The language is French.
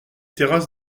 terrasses